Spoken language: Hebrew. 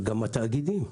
גם התאגידים,